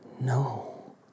No